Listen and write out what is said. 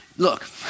Look